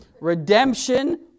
Redemption